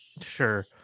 Sure